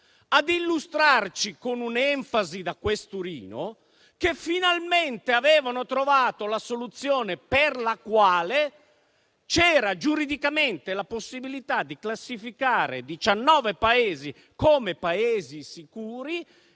ad illustrarci con un'enfasi da questurino che finalmente avevano trovato la soluzione per la quale c'era giuridicamente la possibilità di classificare 19 Paesi come Paesi sicuri.